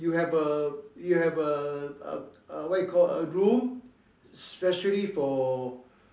you have a you have a uh what you call a room especially for